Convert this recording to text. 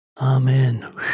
Amen